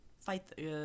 fight